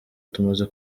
tumaze